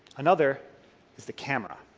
another is the camera.